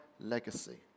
legacy